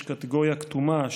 יש קטגוריה כתומה,